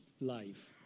life